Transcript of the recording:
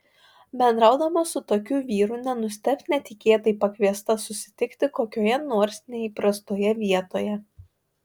bendraudama su tokiu vyru nenustebk netikėtai pakviesta susitikti kokioje nors neįprastoje vietoje